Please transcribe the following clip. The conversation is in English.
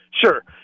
Sure